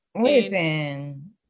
listen